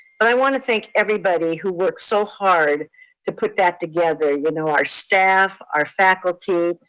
but i wanna thank everybody who worked so hard to put that together, you know our staff, our faculty,